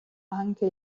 anche